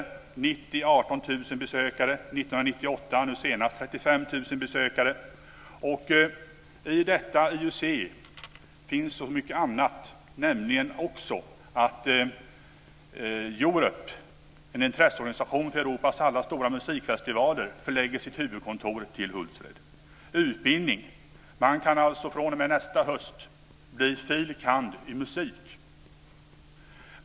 1990 hade Hultsfredsfestivalen 18 000 besökare och 1998 35 000 besökare. Och i detta IUC finns så mycket annat, t.ex. att Yurope, en intresseorganisation för Europas alla stora musikfestivaler, förlägger sitt huvudkontor till Hultsfred. Det finns utbildning. Man kan alltså fr.o.m. nästa höst bli fil. kand. i musik.